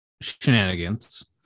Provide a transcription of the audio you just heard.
shenanigans